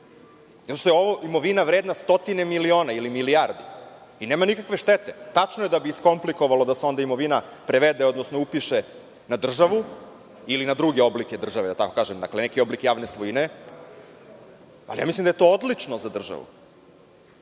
Ovo je imovina vredna stotine miliona ili milijardi i nema nikakve štete. Tačno je da bi se iskomplikovalo da se onda imovina prevede, odnosno upiše na državu, ili na druge oblike države. Dakle, na neke oblike javne svojine, ali mislim da je to odlično za državu.